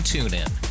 TuneIn